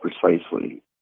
precisely